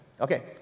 Okay